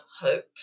hope